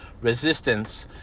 resistance